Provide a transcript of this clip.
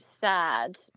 sad